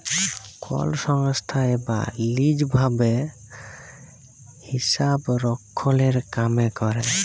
call সংস্থায় বা lease ভাবে হিসাবরক্ষলের কামে ক্যরে